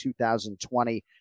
2020